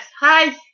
Hi